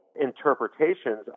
interpretations